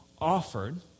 offered